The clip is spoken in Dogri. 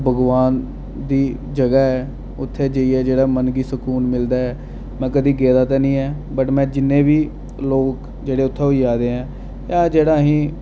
भगोआन दी जगह् ऐ उत्थै जाइयै जेह्ड़ा मन गी सकून मिलदा ऐ में कदें गेदा ते नेईं ऐ बट में जिन्ने बी लोक जेह्ड़े उत्थै होई आए दे न एह् जेह्ड़ा असें ई